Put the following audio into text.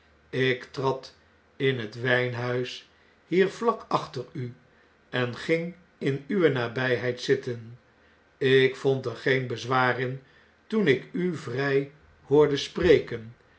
ik trad in het wjjnhuis hier vlak achter u en ging in uwe nabyheid zitten ik vond er geen bezwaar in toen ik u vry hoorde spreken